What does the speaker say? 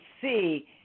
see